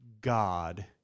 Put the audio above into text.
God